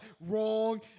Wrong